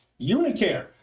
Unicare